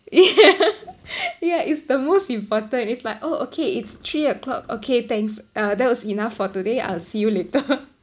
yeah ya it's the most important it's like oh okay it's three o'clock okay thanks uh that was enough for today I'll see you later